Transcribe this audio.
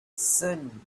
sun